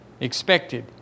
expected